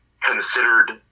considered